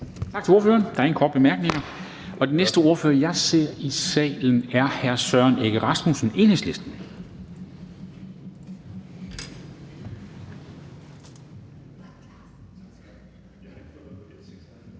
Tak til ordføreren. Der er ingen korte bemærkninger. Den næste ordfører, jeg ser i salen, er hr. Søren Egge Rasmussen, Enhedslisten.